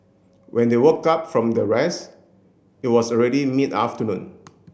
when they woke up from their rest it was already mid afternoon